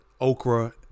Okra